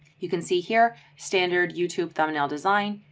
you can see here, standard youtube thumbnail design,